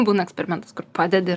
būna eksperimentas kur padedi